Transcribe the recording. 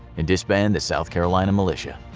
and disband the south carolina militia.